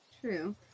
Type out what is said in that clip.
True